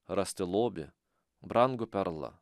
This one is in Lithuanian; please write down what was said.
rasti lobį brangų perlą